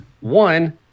One